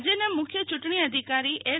રાજ્યના મુખ્ય યૂંટણી અધિકારી એસ